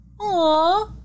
Aw